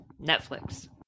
Netflix